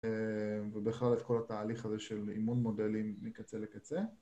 ובכלל את כל התהליך הזה של אימון מודלים מקצה לקצה